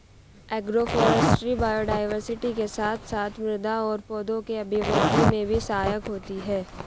agroforestry biodiversity के साथ साथ मृदा और पौधों के अभिवृद्धि में भी सहायक होती है